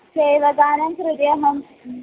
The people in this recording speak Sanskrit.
सेवादानं कृते अहं